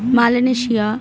Malaysia